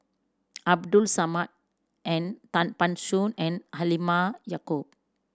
Abdul Samad and Tan Ban Soon and Halimah Yacob